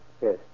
Yes